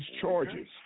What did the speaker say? charges